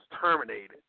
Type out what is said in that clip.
terminated